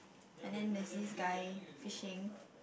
and then there's this guy fishing